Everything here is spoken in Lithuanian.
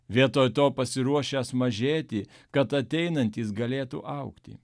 vietoj to pasiruošęs mažėti kad ateinantys galėtų augti